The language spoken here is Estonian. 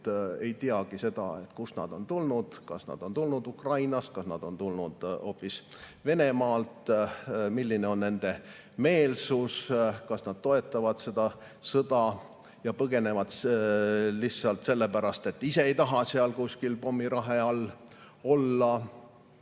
ei teagi, kust nad on tulnud. Kas nad on tulnud Ukrainast või hoopis Venemaalt, milline on nende meelsus, kas nad toetavad seda sõda ja põgenevad lihtsalt sellepärast, et nad ise ei taha seal kuskil pommirahe all olla,